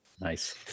Nice